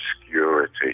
obscurity